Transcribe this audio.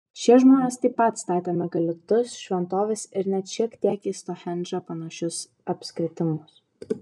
šie žmonės taip pat statė megalitus šventoves ir net šiek tiek į stounhendžą panašius apskritimus